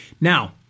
Now